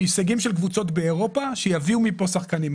היא הישגים של קבוצות באירופה שיביאו מפה שחקנים.